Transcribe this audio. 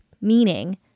meaning